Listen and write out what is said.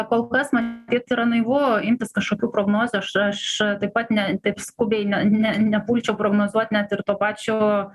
kol kas matyt yra naivu imtis kažkokių prognozių aš aš taip pat ne taip skubiai ne ne nepulčiau prognozuot net ir to pačio